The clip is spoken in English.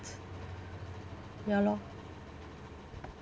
ya lor